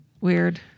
weird